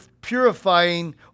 purifying